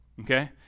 okay